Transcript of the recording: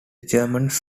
germans